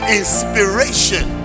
inspiration